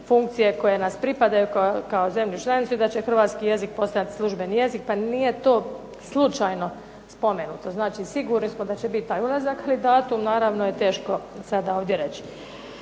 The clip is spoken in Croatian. funkcije koje nas pripadaju kao zemlju članicu i da će hrvatski jezik postati službeni jezik. Pa nije to slučajno spomenuto. Znači, sigurni smo da će biti taj ulazak, ali datum naravno je teško sada ovdje reći.